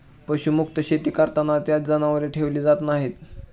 पशुमुक्त शेती करताना त्यात जनावरे ठेवली जात नाहीत